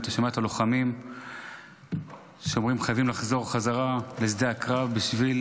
אתה שומע את הלוחמים שאומרים שחייבים לחזור חזרה לשדה הקרב בשביל